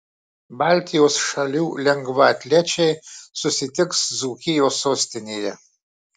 baltijos šalių lengvaatlečiai susitiks dzūkijos sostinėje